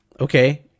Okay